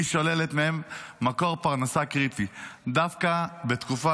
היא שוללת מהם מקור פרנסה קריטי דווקא בתקופה